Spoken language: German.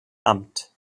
amt